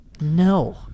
No